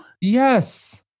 Yes